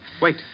Wait